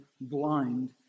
blind